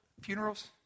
funerals